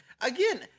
again